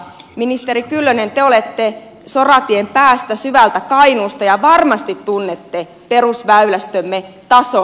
ministeri kyllönen te olette soratien päästä syvältä kainuusta ja varmasti tunnette perusväylästömme tason